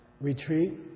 retreat